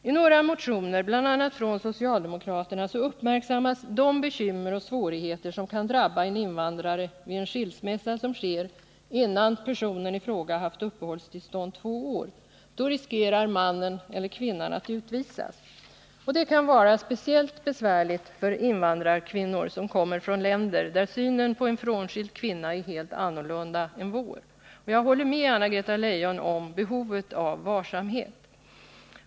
I några motioner, bl.a. från socialdemokraterna, uppmärksammas de bekymmer och svårigheter som kan drabba en invandrare vid en skilsmässa som sker innan personen i fråga haft uppehållstillstånd två år. Då riskerar mannen eller kvinnan att utvisas. Det kan vara speciellt besvärligt för invandrarkvinnor som kommer från länder där synen på en frånskild kvinna är en helt annan än vår. Jag håller med Anna-Greta Leijon om behovet av varsamhet.